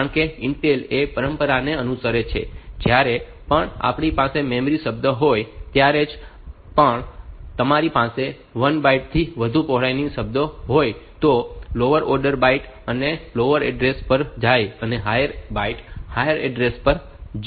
કારણ કે ઇન્ટેલ એ પરંપરાને અનુસરે છે કે જ્યારે પણ આપણી પાસે મેમરી શબ્દો હોય ત્યારે જ્યારે પણ તમારી પાસે 1 બાઇટ થી વધુ પહોળાઈના શબ્દો હોય તો lower order byte lower order address પર જાય અને higher order byte higher order address પર જાય